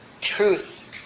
truth